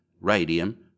radium